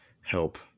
help